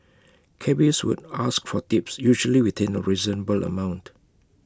cabbies would ask for tips usually within A reasonable amount